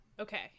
okay